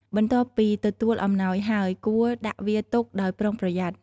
បន្ទាប់ពីទទួលអំណោយហើយ គួរដាក់វាទុកដោយប្រុងប្រយ័ត្ន។